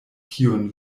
kiun